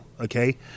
okay